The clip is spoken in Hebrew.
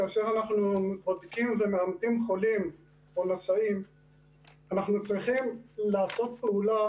כשאנחנו בודקים ומאמתים חולים או נשאים אנחנו צריכים לעשות פעולה